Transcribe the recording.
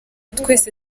twese